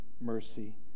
mercy